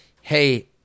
Hey